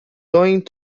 going